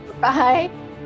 Bye